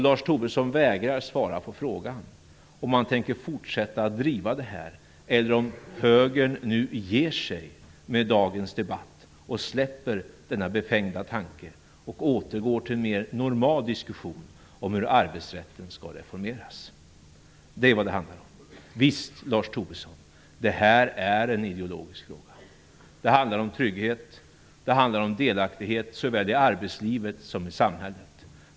Lars Tobisson vägrar svara på om han tänker fortsätta driva detta krav, eller om högern ger sig efter dagens debatt och släpper denna befängda tanke och återgår till en mer normal diskussion om hur arbetsrätten skall reformeras. Det är vad det handlar om. Visst är detta en ideologisk fråga, Lars Tobisson. Det handlar om trygghet, delaktighet såväl i arbetslivet som i samhället i övrigt.